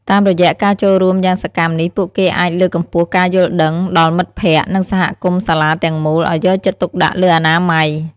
តាមរយៈការចូលរួមយ៉ាងសកម្មនេះ ពួកគេអាចលើកកម្ពស់ការយល់ដឹងដល់មិត្តភក្តិ និងសហគមន៍សាលាទាំងមូលឲ្យយកចិត្តទុកដាក់លើអនាម័យ។